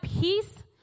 peace